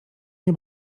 nie